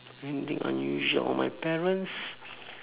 anything unusual on my parents